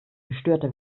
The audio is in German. gestörte